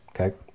Okay